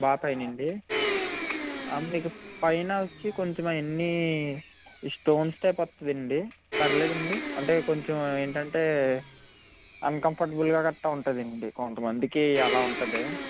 బాగా పైనండి మీకు పైనొచ్చి కొంచెం అవన్నీ స్టోన్స్ టైప్ వస్తుందండి పర్లేదండి అంటే కొంచెం ఏంటంటే అన్కంఫర్ట్బుల్ అలా ఉంటుందండి కొంత మందికి అలా ఉంటుంది